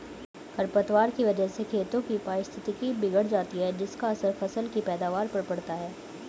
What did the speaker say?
खरपतवार की वजह से खेतों की पारिस्थितिकी बिगड़ जाती है जिसका असर फसल की पैदावार पर पड़ता है